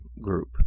group